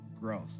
growth